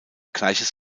gleiches